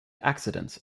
accidents